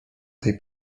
tej